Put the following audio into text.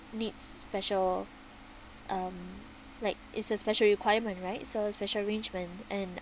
needs special um like is a special requirement right so special arrangement and